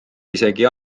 isegi